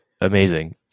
amazing